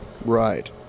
Right